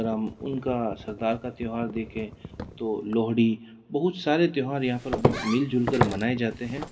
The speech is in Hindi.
अगर हम उनका सरदार का त्यौहार देखें तो लोहड़ी बहुत सारे त्यौहार यहाँ पर मिलजुल कर मनाए जाते हैं